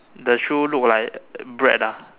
the shoe look like bread ah